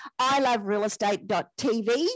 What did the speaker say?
iloverealestate.tv